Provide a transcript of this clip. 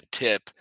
tip